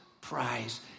prize